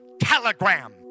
telegram